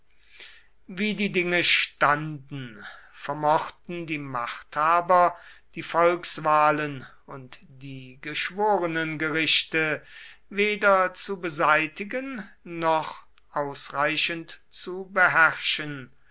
wie die dinge standen vermochten die machthaber die volkswahlen und die geschworenengerichte weder zu beseitigen noch ausreichend zu beherrschen